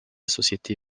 société